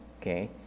okay